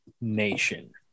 nation